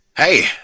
Hey